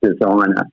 designer